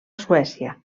suècia